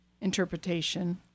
interpretation